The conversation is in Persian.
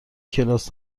کلاس